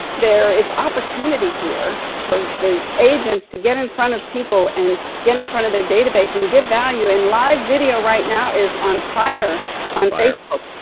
there is opportunity here for the agents to get in front of people, and get in front of their database, and give value and live video right now is on fire on facebook,